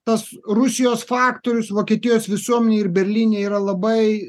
tas rusijos faktorius vokietijos visuomenėj ir berlyne yra labai